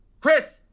Chris